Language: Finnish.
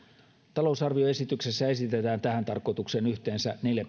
talousarvioesityksessä esitetään tähän tarkoitukseen yhteensä neljän